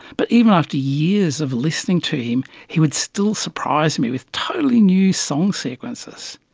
but even after years of listening to him, he would still surprise me with totally new song sequences.